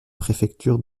préfecture